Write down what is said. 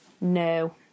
no